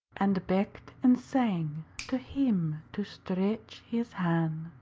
and becked and sang to him to stretch his han'.